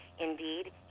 Indeed